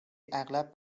اغلب